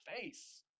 face